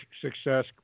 success